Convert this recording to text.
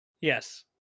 Yes